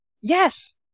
Yes